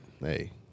Hey